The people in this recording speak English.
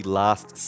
last